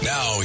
Now